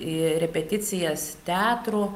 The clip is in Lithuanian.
į repeticijas teatrų